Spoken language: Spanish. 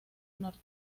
norte